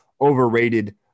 overrated